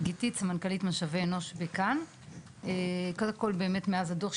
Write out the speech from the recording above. מאז הדו"ח,